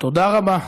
תודה רבה.